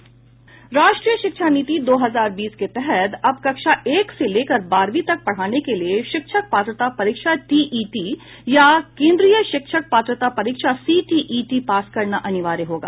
राष्ट्रीय शिक्षा नीति दो हजार बीस के तहत अब कक्षा एक से लेकर बारहवीं तक पढ़ाने के लिए शिक्षक पात्रता परीक्षा टीईटी या केन्द्रीय शिक्षक पात्रता परीक्षा सीटीईटी पास करना अनिवार्य होगा